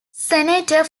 senator